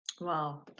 Wow